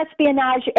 Espionage